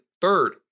third